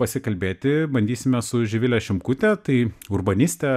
pasikalbėti bandysime su živile šimkute tai urbanistė